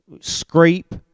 scrape